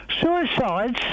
Suicides